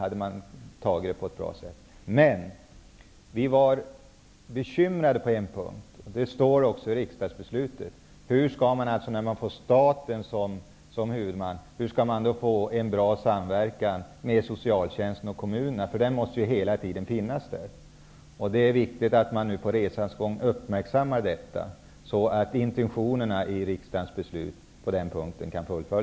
Vi var emellertid bekymrade på en punkt, och det står också i riksdagsbeslutet. Om staten blir huvudman, hur skall man då få en bra samverkan med socialtjänsten och kommunerna? Den måste hela tiden finnas. Det är viktigt att man på resans gång uppmärksammar detta, så att intentionerna i riksdagens beslut kan fullföljas på den punkten.